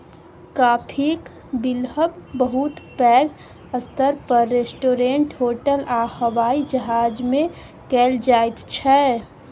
काफीक बिलहब बहुत पैघ स्तर पर रेस्टोरेंट, होटल आ हबाइ जहाज मे कएल जाइत छै